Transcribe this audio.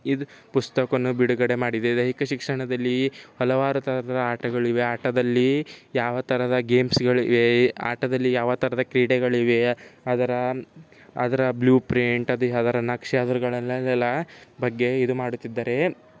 ಇದು ಪುಸ್ತಕವೂ ಬಿಡುಗಡೆ ಮಾಡಿದೆ ದೈಹಿಕ ಶಿಕ್ಷಣದಲ್ಲಿ ಹಲವಾರು ಥರದ ಆಟಗಳಿವೆ ಆಟದಲ್ಲಿ ಯಾವ ಥರದ ಗೇಮ್ಸ್ಗಳಿವೆ ಆಟದಲ್ಲಿ ಯಾವ ಥರದ ಕ್ರೀಡೆಗಳಿವೆ ಅದರ ಅದರ ಬ್ಲೂ ಪ್ರಿಂಟ್ ಅದು ಅದರ ನಕ್ಷೆ ಅದರ್ಗಳಲ್ಲೆಲ್ಲ ಬಗ್ಗೆ ಇದು ಮಾಡುತ್ತಿದ್ದಾರೆ